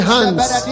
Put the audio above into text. Hands